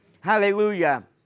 Hallelujah